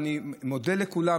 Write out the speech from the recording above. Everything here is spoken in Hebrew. אני מודה לכולם,